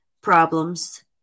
problems